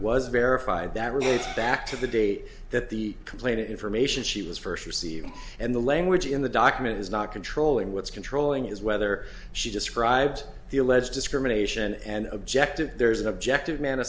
was verified that relates back to the date that the complaint information she was first received and the language in the document is not controlling what's controlling is whether she describes the alleged discrimination and objective there's an objective man